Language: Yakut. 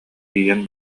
тиийэн